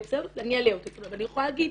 אבל אני יכולה להגיד